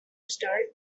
start